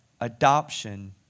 adoption